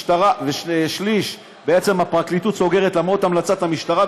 שליש הפרקליטות סוגרת למרות המלצת המשטרה,